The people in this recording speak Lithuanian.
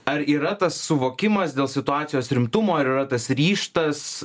ar yra tas suvokimas dėl situacijos rimtumo ir ar yra tas ryžtas